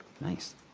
Nice